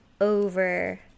over